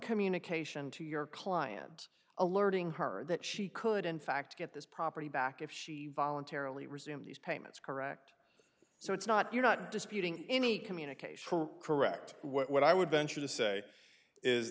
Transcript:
communication to your client alerting her that she could in fact get this property back if she voluntarily resumed these payments correct so it's not you're not disputing any communication correct what i would venture to say is